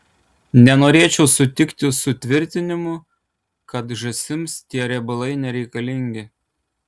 nenorėčiau sutikti su tvirtinimu kad žąsims tie riebalai nereikalingi